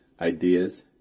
ideas